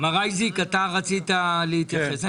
מר אייזיק, אתה רצית להתייחס.